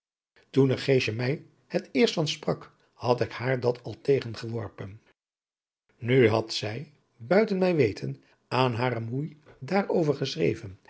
toen er geesje mij het eerst van sprak had ik haar dat al tegengeworpen nu had zij buiten mijn weten aan hare moei daarover geschreven